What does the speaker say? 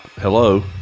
hello